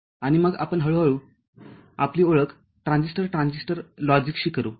आणि मग आपण हळू हळू आपली ओळख ट्रान्झिस्टर ट्रान्झिस्टर लॉजिकशी करू